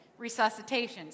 resuscitations